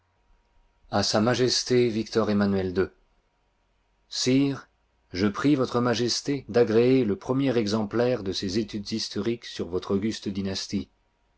a sa majesté victor emmanuel ii slbb je prie v m d agréer le premier exemplaire de ces etudes historiques sur votre auguste dynastie